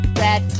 bad